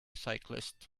cyclist